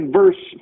verse